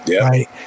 Right